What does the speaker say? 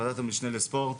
ועדת המשנה לספורט.